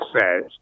says